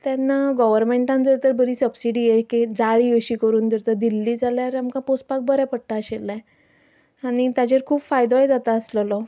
तेन्ना गोवोरमेंटान जर तर बरी सब्सिडी एक जाळी अशी करून दिल्ली जाल्यार आमकां पोसपाक बरें पडटा आशिल्लें आनी ताचेर खूब फायदोय जाता आसलेलो